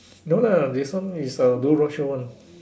no lah this one is uh do roadshow one